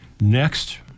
next